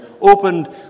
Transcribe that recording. opened